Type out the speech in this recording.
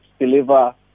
deliver